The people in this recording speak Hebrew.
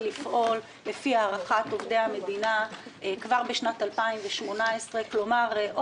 לפעול לפי הערכת עובדי המדינה כבר בשנת 2018. כלומר,